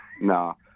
no